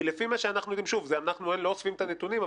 כי לפי מה שאנחנו יודעים אנחנו לא אוספים את הנתונים,